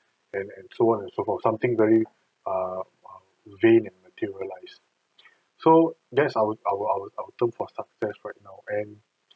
and and so on and so forth something very a a vain and materialise so that's our our our our term for success right now and